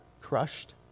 crushed